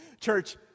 Church